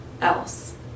else